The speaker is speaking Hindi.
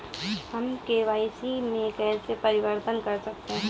हम के.वाई.सी में कैसे परिवर्तन कर सकते हैं?